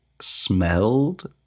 smelled